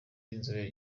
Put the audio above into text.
b’inzobere